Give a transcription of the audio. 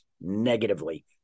negatively